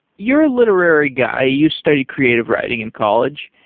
you're a literary guy. you studied creative writing in college.